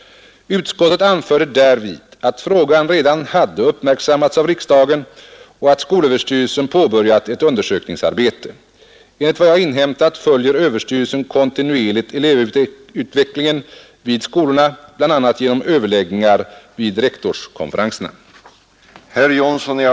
Utskottet anförde därvid att frågan redan hade uppmärksammats av riksdagen och att skolöverstyrelsen påbörjat ett undersökningsarbete. Enligt vad jag inhämtat följer överstyrelsen kontinuerligt elevutvecklingen vid skolorna bl.a. genom överläggningar vid rektorskonferenserna.